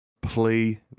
Play